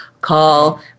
call